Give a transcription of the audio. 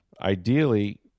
Ideally